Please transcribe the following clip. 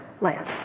less